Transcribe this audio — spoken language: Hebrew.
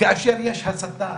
כאשר יש הסתה